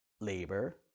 labor